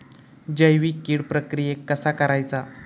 जैविक कीड प्रक्रियेक कसा करायचा?